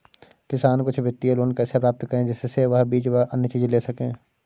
किसान कुछ वित्तीय लोन कैसे प्राप्त करें जिससे वह बीज व अन्य चीज ले सके?